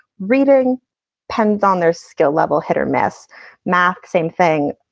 reading pens on their skill level, hit or miss math. same thing.